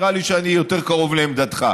נראה לי שאני יותר קרוב לעמדתך.